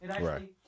Right